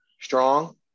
strong